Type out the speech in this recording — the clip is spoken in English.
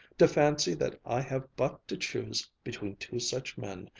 to fancy that i have but to choose between two such men,